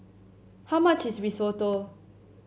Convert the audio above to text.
how much is Risotto